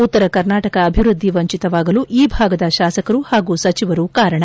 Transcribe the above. ಉತ್ತರ ಕರ್ನಾಟಕ ಅಭಿವೃದ್ಧಿ ವಂಚಿತವಾಗಲು ಈ ಭಾಗದ ಶಾಸಕರು ಹಾಗೂ ಸಚಿವರು ಕಾರಣ